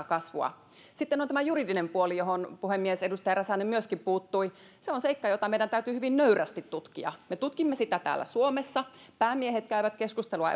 kasvua sitten on tämä juridinen puoli johon puhemies edustaja räsänen myöskin puuttui se on seikka jota meidän täytyy hyvin nöyrästi tutkia me tutkimme sitä täällä suomessa päämiehet käyvät keskustelua